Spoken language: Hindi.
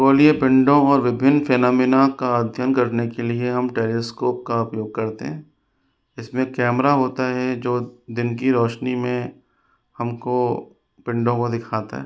खगोलोय पिण्डों और विभिन्न फिनोमिना का अध्ययन करने के लिए हम टेलीस्कोप का उपयोग करते हैं इसमें कैमरा होता है जो दिन की रौशनी में हमको पिण्डों को दिखाता है